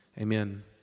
amen